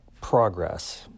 progress